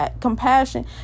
compassion